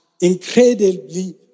incredibly